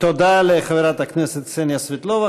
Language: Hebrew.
תודה לחברת הכנסת קסניה סבטלובה.